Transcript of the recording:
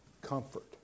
Comfort